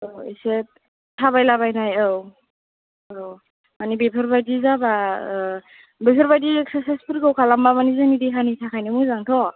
औ एसे थाबायलाबायनाय औ औ मानि बेफोरबायदि जाबा बेफोरबायदि एक्सासाइसफोरखौ खालामबा मानि जोंनि थाखायनो मोजांथ'